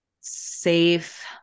safe